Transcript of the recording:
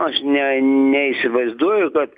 aš ne neįsivaizduoju kad